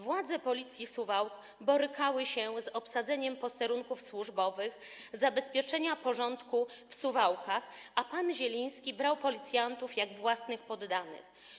Władze Policji w Suwałkach borykały się z obsadzeniem posterunków służbowych, zabezpieczeniem porządku w Suwałkach, a pan Zieliński brał policjantów jak własnych poddanych.